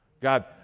God